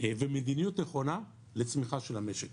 ומדיניות נכונה לצמיחה של המשק